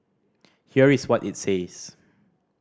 here is what it says